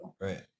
right